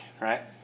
right